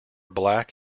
black